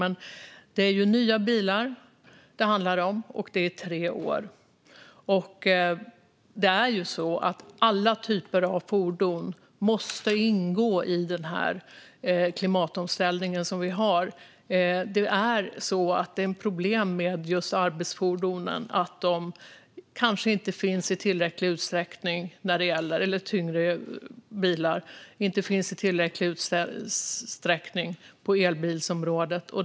Men det är nya bilar det handlar om, och det är tre år. Alla typer av fordon måste ingå i den klimatomställning som vi har. Det är problem med just tyngre bilar - de kanske inte finns i tillräcklig utsträckning på elbilsområdet.